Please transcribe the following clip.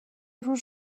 روز